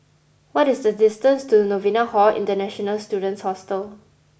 what is the distance to Novena Hall International Students Hostel